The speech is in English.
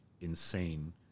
insane